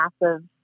massive